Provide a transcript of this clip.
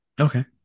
okay